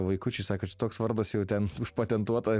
vaikučiai sako čia toks vardas jau ten užpatentuota